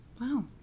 Wow